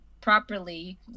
properly